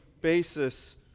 basis